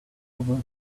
over